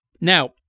Now